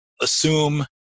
assume